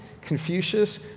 Confucius